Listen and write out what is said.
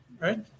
Right